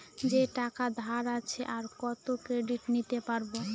যে টাকা ধার আছে, আর কত ক্রেডিট নিতে পারবো?